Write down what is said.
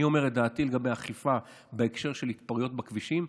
אני אומר את דעתי לגבי אכיפה בהקשר של התפרעויות בכבישים,